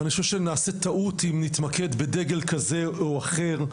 ואני חושב שנעשה טעות אם נתמקד בדגל כזה או אחר,